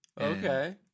Okay